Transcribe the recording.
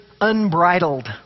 unbridled